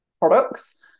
products